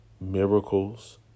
miracles